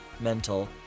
mental